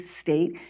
state